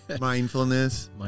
Mindfulness